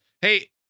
Hey